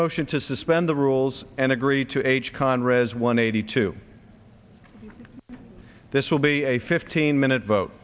motion to suspend the rules and agree to h conrad's one eighty two this will be a fifteen minute